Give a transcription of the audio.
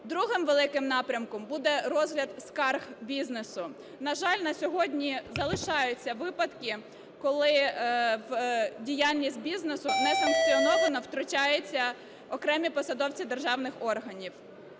другим великим напрямком буде розгляд скарг бізнесу. На жаль, на сьогодні залишаються випадки, коли в діяльність бізнесу несанкціоновано втручаються окремі посадовці державних органів.